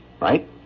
right